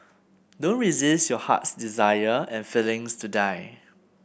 don't resist your heart's desire and feelings to die